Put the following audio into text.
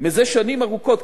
מזה שנים ארוכות,